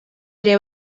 ere